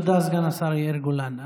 תודה, סגן השר יאיר גולן.